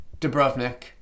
Dubrovnik